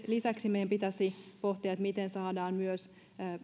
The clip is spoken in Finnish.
lisäksi meidän pitäisi pohtia miten saadaan